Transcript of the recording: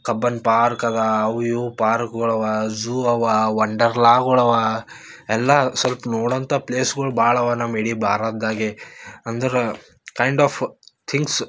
Cubbon Park ಅದ ಅವು ಇವು ಪಾರ್ಕುಗಳವ ಝೂ ಅವ ವಂಡರ್ಲಾಗಳವ ಎಲ್ಲ ಸ್ವಲ್ಪ ನೋಡೋ ಅಂಥ ಪ್ಲೇಸ್ಗಳು ಭಾಳ ಅವ ನಮ್ಮ ಇಡೀ ಭಾರತದಾಗೆ ಅಂದರೆ ಕೈಂಡ್ ಆಫ್ ಥಿಂಗ್ಸ್